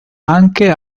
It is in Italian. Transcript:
anche